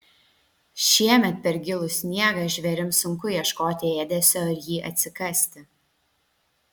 šiemet per gilų sniegą žvėrims sunku ieškoti ėdesio ir jį atsikasti